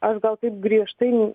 aš gal taip griežtai